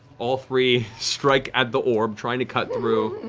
all three strike at the orb, trying to cut through.